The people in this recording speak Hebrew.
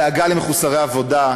דאגה למחוסרי עבודה,